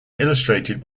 illustrated